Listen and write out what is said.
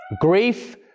grief